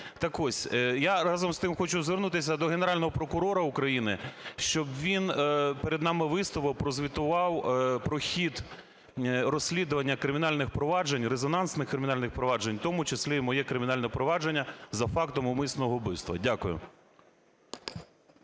я, разом з тим, хочу звернутися до Генерального прокурора України, щоб він перед нами виступив, прозвітував про хід розслідування кримінальних проваджень, резонансних кримінальних проваджень, в тому числі і моє кримінальне провадження за фактом умисного вбивства. Дякую.